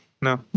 no